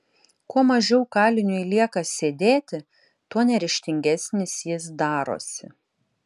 kuo mažiau kaliniui lieka sėdėti tuo neryžtingesnis jis darosi